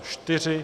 4.